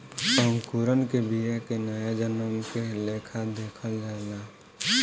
अंकुरण के बिया के नया जन्म के लेखा देखल जाला